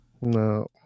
No